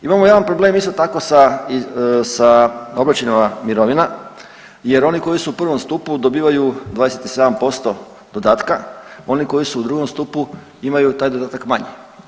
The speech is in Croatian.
Imamo jedan problem isto tako sa, sa obračunima mirovina jer oni koji su u prvom stupu dobivaju 27% dodatka, oni koji su u drugom stupu imaju taj dodatak manje.